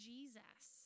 Jesus